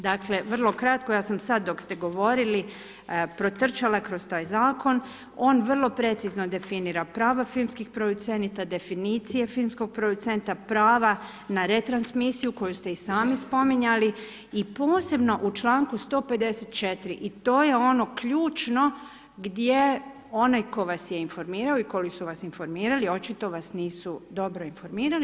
Dakle, vrlo kratko, ja sam sada dok ste govorili potrčala kroz taj zakon, on vrlo precizno definira prava filmskih producenata, definicije filmskih producenta, prava na retransmisiju, koju ste i sami spominjali i posebno u čl 154. i to je ono ključno, gdje onaj tko vas je informirao i koji su vas informirali, očito vas nisu dobro informirali.